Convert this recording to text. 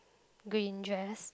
green dress